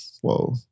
Whoa